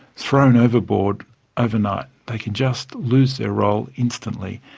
thrown overboard overnight. they can just lose their role instantly,